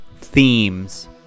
Themes